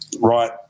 right